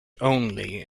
only